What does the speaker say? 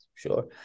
Sure